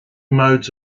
modes